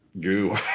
goo